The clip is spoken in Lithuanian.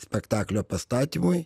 spektaklio pastatymui